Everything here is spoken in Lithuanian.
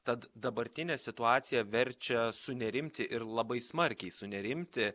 tad dabartinė situacija verčia sunerimti ir labai smarkiai sunerimti